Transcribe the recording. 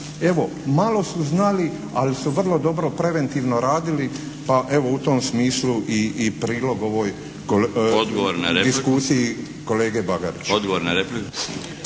Evo malo su znali, ali su vrlo dobro preventivno radili pa evo u tom smislu i prilog ovoj diskusiji kolege Bagarića.